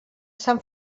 sant